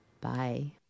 Bye